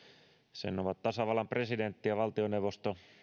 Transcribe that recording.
sen ovat tasavallan presidentti ja valtioneuvosto